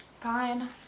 Fine